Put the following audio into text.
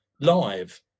live